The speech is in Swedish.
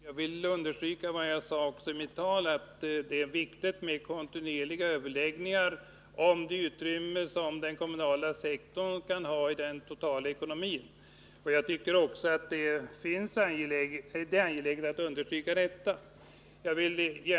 Herr talman! Jag vill understryka — det sade jag också i mitt anförande — att det är viktigt med kontinuerliga överläggningar om det utrymme som den kommunala sektorn kan ha i den totala ekonomin. Jag tycker att det är angeläget att understryka detta.